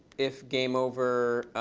if game over,